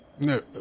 No